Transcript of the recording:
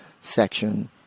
section